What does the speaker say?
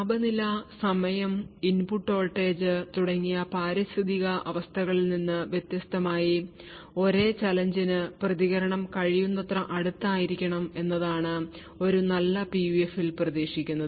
താപനില സമയം input voltage തുടങ്ങിയ പാരിസ്ഥിതിക അവസ്ഥകളിൽ നിന്ന് വ്യത്യസ്തമായി ഒരേ ചാലഞ്ച് നു പ്രതികരണം കഴിയുന്നത്ര അടുത്ത് ആയിരിക്കണം എന്നതാണ് ഒരു നല്ല PUF ൽ പ്രതീക്ഷിക്കുന്നത്